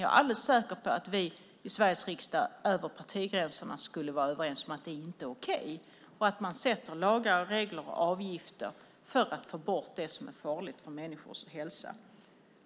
Jag är alldeles säker på att vi i Sveriges riksdag över partigränserna skulle vara överens om att det inte är okej och att man sätter lagar, regler och avgifter för att få bort det som är farligt för människors hälsa.